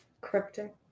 cryptic